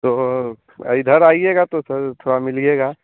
तो इधर आइएगा तो थोड़ा थोड़ा मिलिएगा